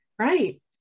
Right